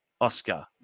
Oscar